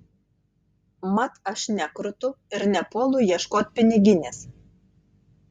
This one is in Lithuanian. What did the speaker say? mat aš nekrutu ir nepuolu ieškot piniginės